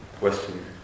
Western